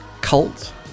cult